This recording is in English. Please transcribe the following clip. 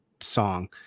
song